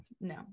no